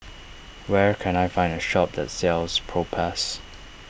where can I find a shop that sells Propass